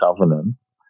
governance